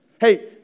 Hey